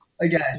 Again